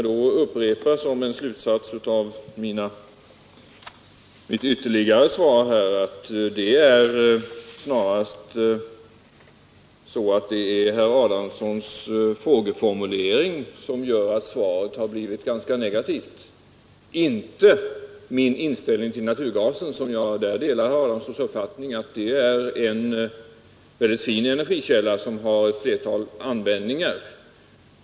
Låt mig som en slutsats av mitt ytterligare svar upprepa att det snarast är herr Adamssons frågeformulering som gör att svaret blivit ganska negativt, inte min inställning till naturgasen. Jag delar herr Adamssons uppfattning att det är en väldigt fin energikälla som har ett flertal användningar.